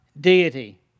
deity